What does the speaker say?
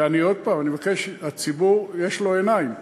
ואני עוד הפעם מבקש: הציבור, יש לו עיניים,